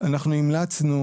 אנחנו המלצנו